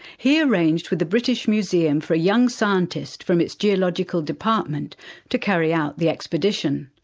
he arranged with the british museum for a young scientist from its geological department to carry out the expedition.